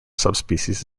subspecies